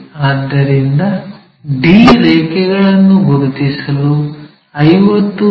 ಆದ್ದರಿಂದ d ರೇಖೆಗಳನ್ನು ಗುರುತಿಸಲು 50 ಮಿ